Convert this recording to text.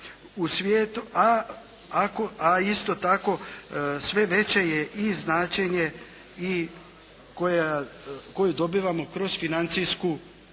u svijet, a isto tako sve veće je i značenje i koje dobivamo kroz financijsku